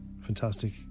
fantastic